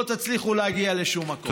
לא תצליחו להגיע לשום מקום.